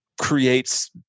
creates